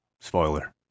Spoiler